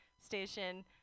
station